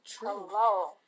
Hello